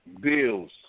bills